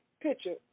picture